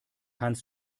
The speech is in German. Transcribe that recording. kannst